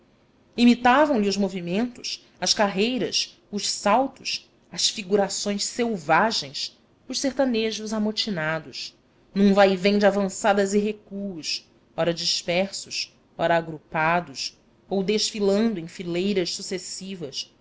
sertão imitavam lhe os movimentos as carreiras os saltos as figurações selvagens os sertanejos amotinados num vaivém de avançadas e recuos ora dispersos ora agrupados ou desfilando em fileiras sucessivas